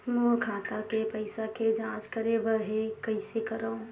मोर खाता के पईसा के जांच करे बर हे, कइसे करंव?